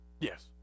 Yes